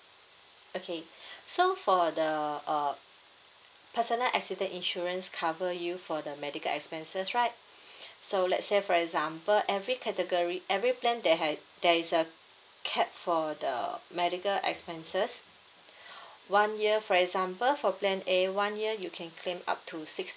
okay so for the uh personal accident insurance cover you for the medical expenses right so let say for example every category every plan there had there is a cap for the medical expenses one year for example for plan A one year you can claim up to six